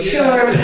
Sure